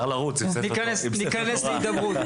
ניכנס להידברות.